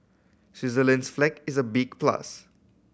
Switzerland's flag is a big plus